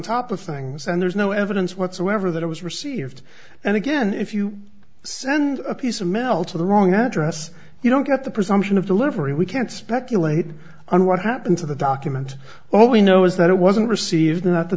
top of things and there's no evidence whatsoever that it was received and again if you send a piece of mail to the wrong address you don't get the presumption of delivery we can't speculate on what happened to the document all we know is that it wasn't received that the